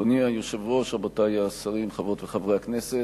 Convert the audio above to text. אדוני היושב-ראש, רבותי השרים, חברות וחברי הכנסת,